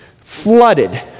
flooded